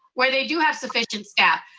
where they do have sufficient staff.